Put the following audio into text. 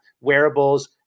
wearables